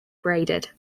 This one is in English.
braided